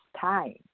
time